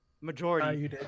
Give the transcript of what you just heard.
Majority